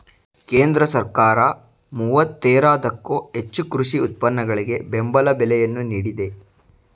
ಕೇಂದ್ರ ಸರ್ಕಾರ ಮೂವತ್ತೇರದಕ್ಕೋ ಹೆಚ್ಚು ಕೃಷಿ ಉತ್ಪನ್ನಗಳಿಗೆ ಬೆಂಬಲ ಬೆಲೆಯನ್ನು ನೀಡಿದೆ